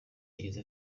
yagize